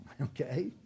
okay